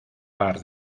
par